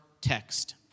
text